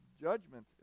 judgment